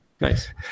Nice